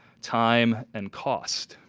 time and cost.